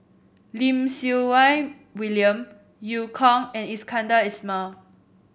Lim Siew Wai William Eu Kong and Iskandar Ismail